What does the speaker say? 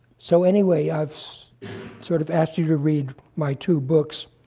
so anyway, i've sort of asked you to read my two books